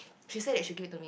she said she will give it to me